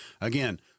again